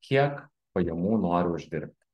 kiek pajamų nori uždirbti